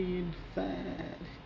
inside